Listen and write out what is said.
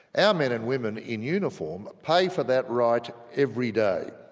ah men and women in uniform pay for that right every day.